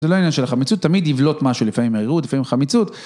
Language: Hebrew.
זה לא עניין של חמיצות, תמיד יבלוט משהו, לפעמים מהירות, לפעמים חמיצות...